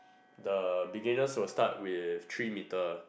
the beginners will start with three metre